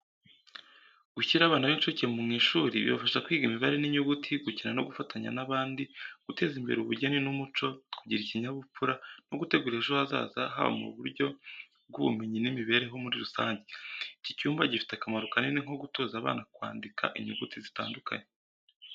Gushyira abana b’incuke mu ishuri bibafasha kwiga imibare n’inyuguti, gukina no gufatanya n’abandi, guteza imbere ubugeni n’umuco, kugira ikinyabupfura, no gutegura ejo hazaza haba mu buryo bw’ubumenyi n’imibereho muri rusange. Iki cyumba gifite akamaro kanini nko gutoza abana kwandika inyuguti zitandukanye.